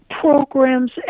programs